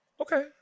Okay